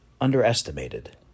underestimated